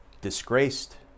disgraced